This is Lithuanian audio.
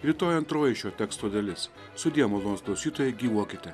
rytoj antroji šio teksto dalis sudie malonūs klausytojai gyvuokite